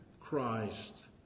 Christ